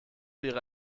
ihre